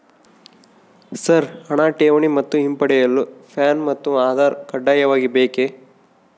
Sir ಹಣ ಠೇವಣಿ ಮತ್ತು ಹಿಂಪಡೆಯಲು ಪ್ಯಾನ್ ಮತ್ತು ಆಧಾರ್ ಕಡ್ಡಾಯವಾಗಿ ಬೇಕೆ?